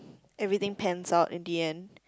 everything pans out in the end